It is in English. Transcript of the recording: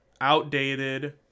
outdated